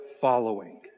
following